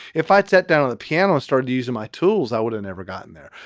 if i'd set down on the piano, i started using my tools, i would've never gotten there.